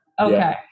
Okay